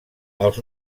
els